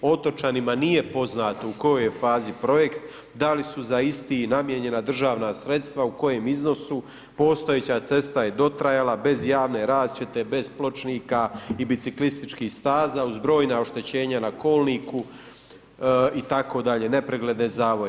Otočanima nije poznato u kojoj je fazi projekt, da li su za isti namijenjena državna sredstva, u kojem iznosu, postojeća cesta je dotrajala, bez javne rasvjete, bez pločnika i biciklističkih staza uz brojna oštećenja na kolniku itd., nepregledne zavoje.